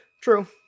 True